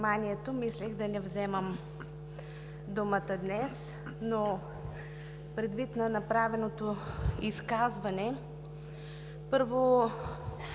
Мислех да не вземам думата днес, но предвид на направеното изказване. Първо,